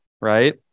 right